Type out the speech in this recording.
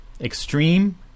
extreme